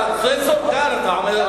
אתה הצנזור כאן?